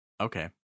okay